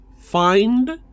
find